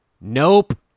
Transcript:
Nope